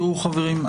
חברים,